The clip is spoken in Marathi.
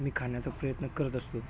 मी खाण्याचा प्रयत्न करत असतो